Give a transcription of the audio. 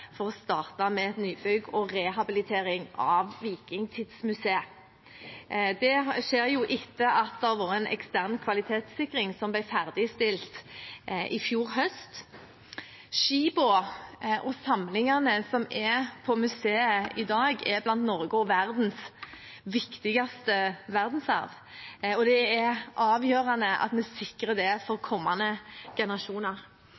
nybygg og rehabilitering av Vikingtidsmuseet. Det skjer etter at det har vært en ekstern kvalitetssikring, som ble ferdigstilt i fjor høst. Skipene og samlingene som er på museet i dag, er blant Norges og verdens viktigste verdensarv, og det er avgjørende at vi sikrer det